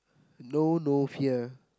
no no fear